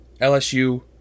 LSU